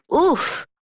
oof